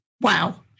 Wow